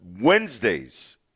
Wednesdays